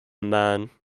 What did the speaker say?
man